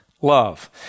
love